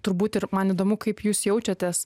turbūt ir man įdomu kaip jūs jaučiatės